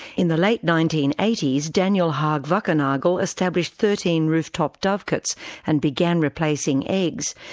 in the late nineteen eighty s, daniel haag-wackernagel established thirteen rooftop dovecotes and began replacing eggs,